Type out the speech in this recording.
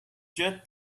just